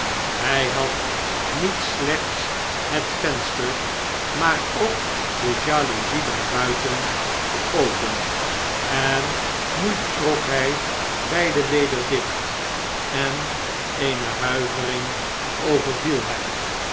hy had niet slechts het venster maar ook de jaloezie daarbuiten geopend en nu trok hij beide weder dicht eneenehuiveringovervielhem uit de